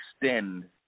extend